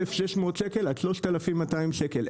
1,600 שקל עד 3,200 שקל.